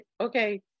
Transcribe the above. okay